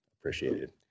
appreciated